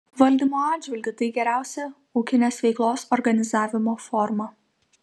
valdymo atžvilgiu tai geriausia ūkinės veiklos organizavimo forma